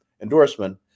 endorsement